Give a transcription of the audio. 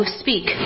speak